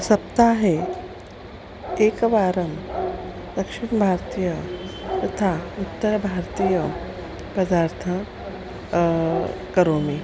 सप्ताहे एकवारं दक्षिणभारतीयं तथा उत्तरभारतीयपदार्थानि करोमि